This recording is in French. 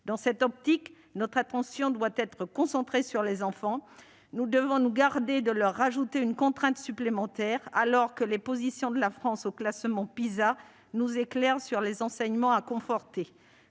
Dans cette optique, notre attention doit être concentrée sur les enfants. Nous devons nous garder de leur ajouter une contrainte supplémentaire, alors que les positions de la France au classement PISA nous éclairent sur les enseignements à conforter.